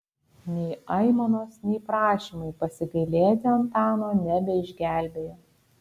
nei aimanos nei prašymai pasigailėti antano nebeišgelbėjo